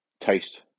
taste